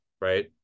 Right